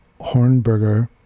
Hornberger